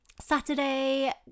Saturday